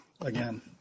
again